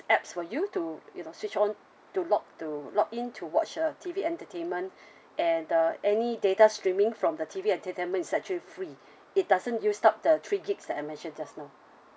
apps for you to you know switch on to log to log in to watch the T_V entertainment and uh any data streaming from the T_V entertainment is actually free it doesn't use up the three gigs that I mentioned just now